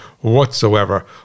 whatsoever